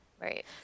Right